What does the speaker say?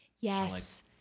yes